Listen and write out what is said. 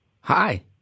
Hi